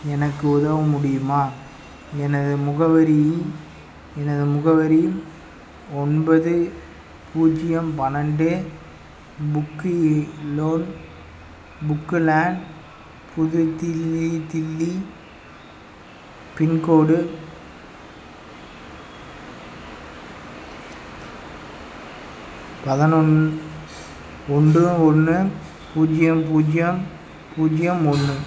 எனக்கு உதவ முடியுமா எனது முகவரி எனது முகவரி ஒன்பது பூஜ்ஜியம் பன்னெண்டு புக்கு லோன் புக்கு லான் புது தில்லி தில்லி பின்கோடு பதனொன் ஒன்று ஒன்று பூஜ்ஜியம் பூஜ்ஜியம் பூஜ்ஜியம் ஒன்று